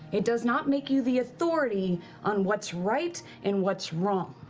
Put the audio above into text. it does not make you the authority on what's right and what's wrong.